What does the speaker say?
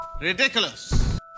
Ridiculous